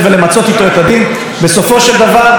הוא קיבל בסך הכול שנתיים מאסר על העבירה הזו.